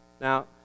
Now